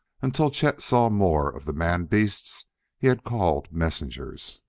until chet saw more of the man-beasts he had called messengers.